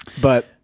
But-